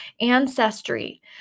ancestry